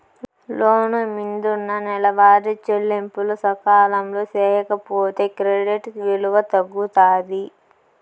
లోను మిందున్న నెలవారీ చెల్లింపులు సకాలంలో సేయకపోతే క్రెడిట్ విలువ తగ్గుతాది